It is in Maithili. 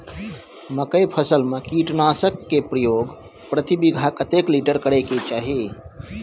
मकई फसल में कीटनासक के प्रयोग प्रति बीघा कतेक लीटर करय के चाही?